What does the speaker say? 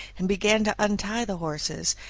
and began to untie the horses,